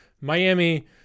Miami